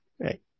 right